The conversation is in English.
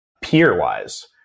peer-wise